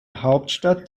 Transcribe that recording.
hauptstadt